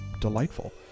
delightful